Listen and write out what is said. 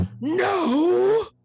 No